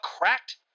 Cracked